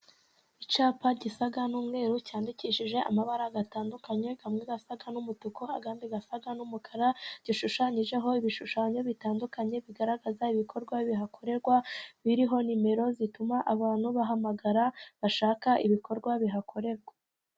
Icyapa gisa n'umweru cyandikishije amabara atandukanye amwe asa n'umutuku ,andi asa n'umukara, gishushanyijeho ibishushanyo bitandukanye bigaragaza ibikorwa bihakorerwa, biriho nimero zituma abantu bahamagara bashaka ibikorwa bihakorerwa.